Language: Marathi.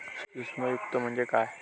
सूक्ष्म वित्त म्हणजे काय?